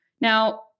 Now